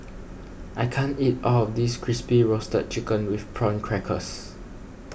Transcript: I can't eat all of this Crispy Roasted Chicken with Prawn Crackers